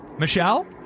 Michelle